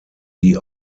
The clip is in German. die